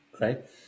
Right